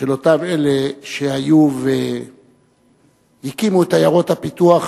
של אותם אלה שהיו והקימו את עיירות הפיתוח,